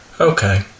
Okay